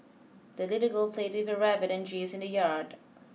the little girl played with her rabbit and geese in the yard